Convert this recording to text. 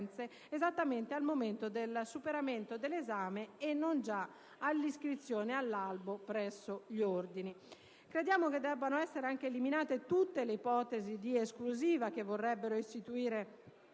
forense al momento del superamento dell'esame e non già all'iscrizione all'albo presso gli ordini. Crediamo debbano essere eliminate anche tutte le ipotesi di esclusiva che vorrebbero istituire